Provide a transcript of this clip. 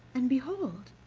and behold